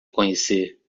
conhecer